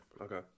Okay